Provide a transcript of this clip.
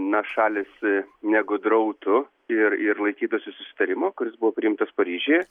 na šalys negudrautų ir ir laikytųsi susitarimo kuris buvo priimtas paryžiuje